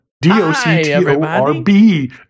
D-O-C-T-O-R-B